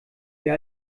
wer